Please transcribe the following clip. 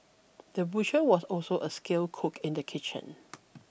the butcher was also a skilled cook in the kitchen